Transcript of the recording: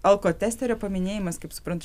alkotesterio paminėjimas kaip suprantu